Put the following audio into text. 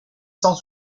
cent